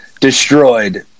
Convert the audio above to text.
destroyed